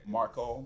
Marco